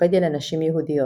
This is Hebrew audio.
באנציקלופדיה לנשים יהודיות